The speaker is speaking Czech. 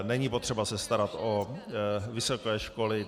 Není potřeba se starat o vysoké školy.